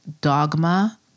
dogma